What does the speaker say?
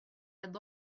had